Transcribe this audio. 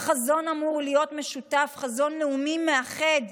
החזון אמור להיות משותף, חזון לאומי מאחד.